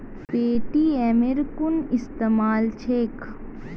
पेटीएमेर कुन इस्तमाल छेक